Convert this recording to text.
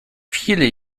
viele